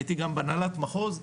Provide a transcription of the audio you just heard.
הייתי גם בהנהלת מחוז.